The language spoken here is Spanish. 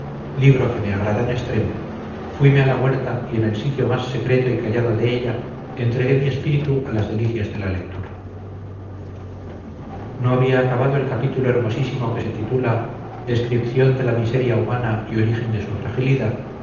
libro que me agradaba en extremo fuime a la huerta y en el sitio más secreto y callado de ella entregué mi espíritu a las delicias de la lectura no había acabado el capítulo hermosísimo que se titula descripción de la miseria humana y origen de su fragilidad